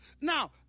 Now